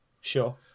Sure